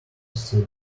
still